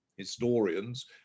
historians